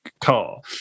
car